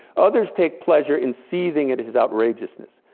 others take pleasure in seething at his outragousness.